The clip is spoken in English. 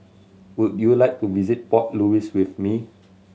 would you like to visit Port Louis with me